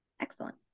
excellent